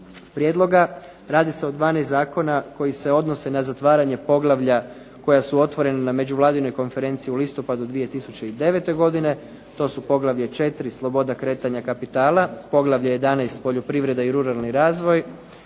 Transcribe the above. prijedloga. Radi se o 12 zakona koji se odnose na zatvaranje poglavlja koja su otvorena na međuvladinoj konferenciji u listopadu 2009. godine, to su poglavlje 4 – Sloboda kretanja kapitala, poglavlje 11 – Poljoprivreda i ruralni razvoj,